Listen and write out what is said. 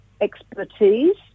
expertise